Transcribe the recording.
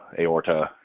aorta